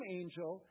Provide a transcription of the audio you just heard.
angel